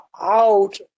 out